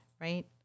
Right